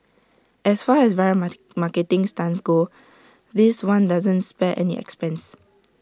as far as viral marketing stunts go this one doesn't spare any expense